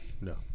No